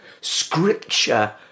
Scripture